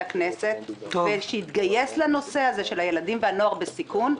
הכנסת ושהתגייס לנושא הזה של הילדים והנוער בסיכון,